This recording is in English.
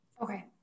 Okay